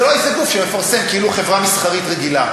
זה לא איזה גוף שמפרסם כאילו הוא חברה מסחרית רגילה.